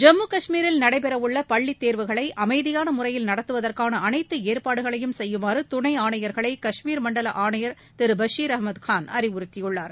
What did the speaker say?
ஜம்மு காஷ்மீரில் நடைபெறவுள்ள பள்ளித் தேர்வுகளை அமைதியான முறையில் நடத்துவதற்கான அளைத்து ஏற்பாடுகளையும் செய்யுமாறு துணை ஆணையர்களை காஷ்மீர் மண்டல ஆணையர் திரு பஷர் அகமது கான் அறிவுறுத்தியுள்ளார்